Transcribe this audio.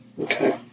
Okay